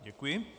Děkuji.